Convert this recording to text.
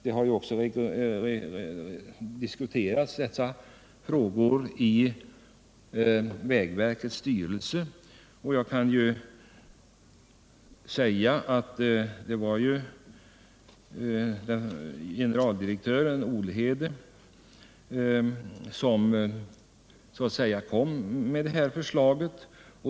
Dessa frågor har diskuterats i vägverkets styrelse, där det var generaldirektör Olhede som så att säga kom med förslaget.